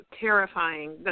Terrifying